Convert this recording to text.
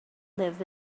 live